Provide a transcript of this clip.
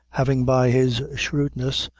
having by his shrewdness,